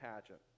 pageant